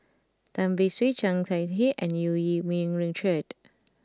Tan Beng Swee Chang Chieh Hang and Eu Yee Ming Richard